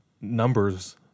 numbers